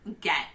get